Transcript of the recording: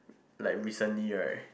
like recently right